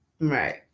Right